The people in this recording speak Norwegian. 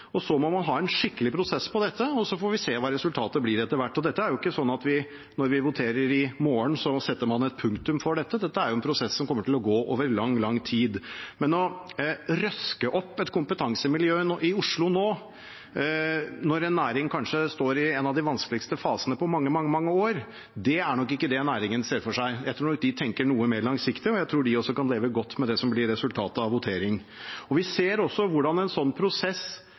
så må man ha en skikkelig prosess, og så får vi se hva resultatet blir etter hvert. Det er ikke sånn at når vi voterer i morgen, setter vi et punktum for dette. Dette er en prosess som kommer til å gå over lang, lang tid. Men å røske opp et kompetansemiljø i Oslo nå, når man kanskje står i en av det vanskeligste fasene på mange, mange år, er nok ikke det næringen ser for seg. Jeg tror nok de tenker noe mer langsiktig, og jeg tror også de kan leve godt med det som blir resultatet av voteringen. Vi ser også hvordan en sånn prosess